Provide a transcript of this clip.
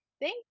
thank